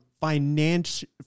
financial